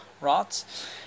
rots